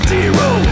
Zero